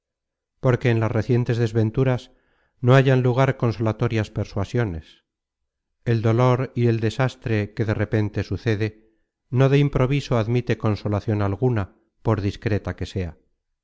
porque en las recientes desventuras no hallan lugar consolatorias persuasiones el dolor y el desastre que de repente sucede no de improviso admite consolacion alguna por discreta que sea